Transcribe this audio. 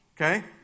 Okay